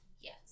Yes